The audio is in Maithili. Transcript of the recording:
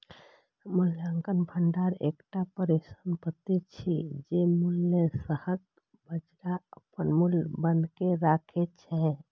मूल्यक भंडार एकटा परिसंपत्ति छियै, जे मूल्यह्रासक बजाय अपन मूल्य बनाके राखै छै